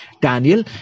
Daniel